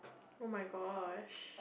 oh-my-gosh